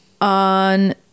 on